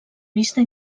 vista